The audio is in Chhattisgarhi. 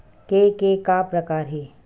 के का का प्रकार हे?